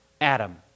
Adam